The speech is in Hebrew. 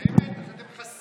באמת, אתם חסרי בושה.